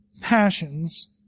passions